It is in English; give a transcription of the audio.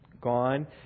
gone